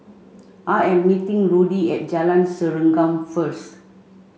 I am meeting Rudy at Jalan Serengam first